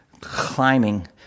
climbing